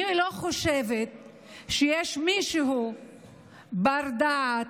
אני לא חושבת שיש מישהו בר-דעת